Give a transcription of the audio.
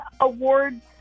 awards